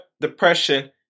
depression